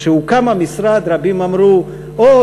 כשהוקם המשרד רבים אמרו: אוה,